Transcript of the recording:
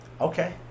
Okay